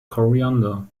coriander